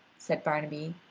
said barnaby,